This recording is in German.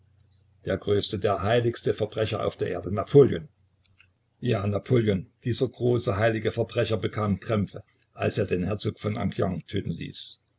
der größte der heiligste verbrecher auf der erde napoleon ja napoleon dieser große heilige verbrecher bekam krämpfe als er den herzog von enghien töten ließ